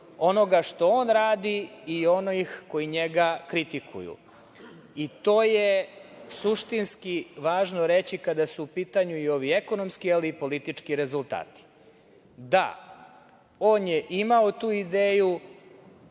onoga što on radi i onih koji njega kritikuju. To je suštinski važno reći kada su u pitanju i ovi ekonomski, ali i politički rezultati. Da, on je imao tu ideju